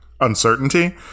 uncertainty